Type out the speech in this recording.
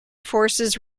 forces